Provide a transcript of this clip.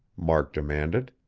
mark demanded.